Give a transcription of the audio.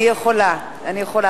אני יכולה, אני יכולה.